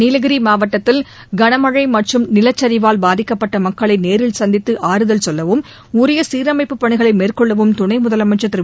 நீலகிரி மாவட்டத்தில் கனமழை மற்றும் நிலச்சரிவால் பாதிக்கப்பட்ட மக்களை நேரில் சந்தித்து ஆறுதல் சொல்லவும் உரிய சீரமைப்புப் பணிகளை மேற்கொள்ளவும் துணை முதலமைச்சர் திரு